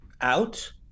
out